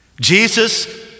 Jesus